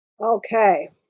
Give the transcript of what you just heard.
Okay